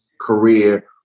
career